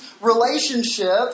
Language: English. relationship